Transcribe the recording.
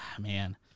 man